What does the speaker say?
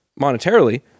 monetarily